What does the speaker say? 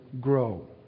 grow